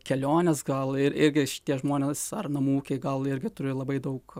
kelionės gal ir irgi šitie žmonės ar namų ūkiai gal irgi turi labai daug